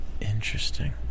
Interesting